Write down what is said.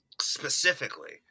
specifically